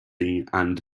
and